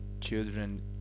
children